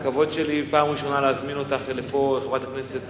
הכבוד שלי פעם ראשונה להזמין אותך לפה, חברת הכנסת